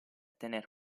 tener